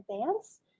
advance